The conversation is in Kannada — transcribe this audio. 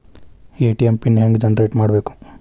ಎ.ಟಿ.ಎಂ ಪಿನ್ ಹೆಂಗ್ ಜನರೇಟ್ ಮಾಡಬೇಕು?